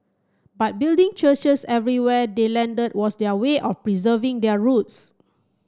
but building churches everywhere they landed was their way of preserving their roots